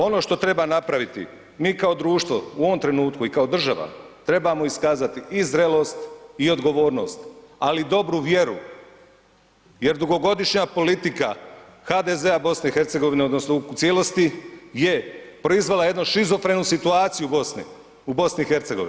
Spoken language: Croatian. Ono što treba napraviti mi kao društvo u ovom trenutku i kao država trebamo iskazati i zrelost i odgovornost, ali i dobru vjeru, jer dugogodišnja politika HDZ-a BiH odnosno u cijelosti je proizvela jednu šizofrenu situaciju u Bosni, u BiH.